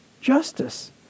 justice